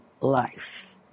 life